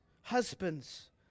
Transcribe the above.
husbands